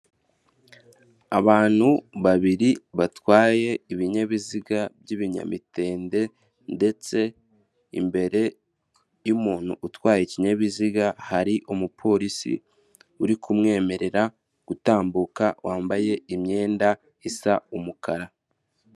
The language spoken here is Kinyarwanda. Abantu babiri batwaye ibinyabiziga by'ibinyamitende, ndetse imbere y'umuntu utwaye ikinyabiziga, hari umupolisi uri kumwemerera gutambuka, wambaye imyenda isa umukara.